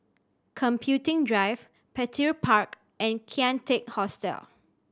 Computing Drive Petir Park and Kian Teck Hostel